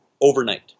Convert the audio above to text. Overnight